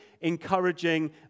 encouraging